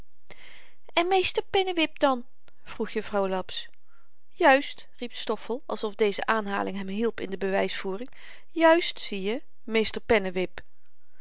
en meester pennewip dan vroeg jufvrouw laps juist riep stoffel als of deze aanhaling hem hielp in de bewysvoering juist zieje meester pennewip